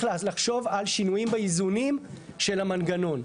לחשוב על שינויים באיזונים של המנגנון.